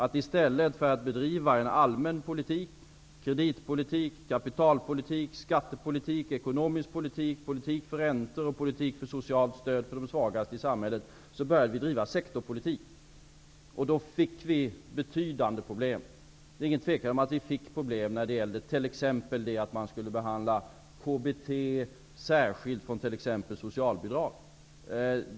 I stället för att bedriva en allmän politik, kreditpolitik, kapitalpolitik, skattepolitik, ekonomisk poltik, politik för räntor och politik för socialt stöd för de svagaste i samhället, började vi driva sektorpolitik. Vi fick då betydande problem. Det är ingen tvekan om att vi fick problem t.ex. när man skulle behandla KBT särskiljt från socialbidrag.